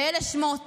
ואלה שמות